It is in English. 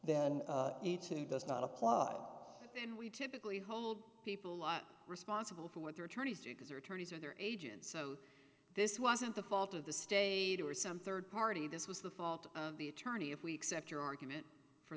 too does not apply then we typically hold people a lot responsible for what their attorneys do because their attorneys or their agents so this wasn't the fault of the state or some third party this was the fault of the attorney if we accept your argument for